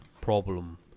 problem